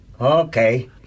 Okay